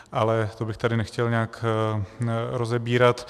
Ale to bych tady nechtěl nějak rozebírat.